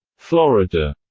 florida,